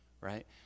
right